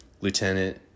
lieutenant